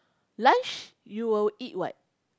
lunch you will eat what